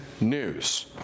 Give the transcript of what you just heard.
news